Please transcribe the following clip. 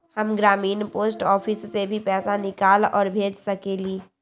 हम ग्रामीण post office से भी पैसा निकाल और भेज सकेली?